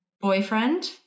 boyfriend